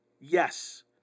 Yes